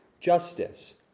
justice